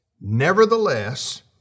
Nevertheless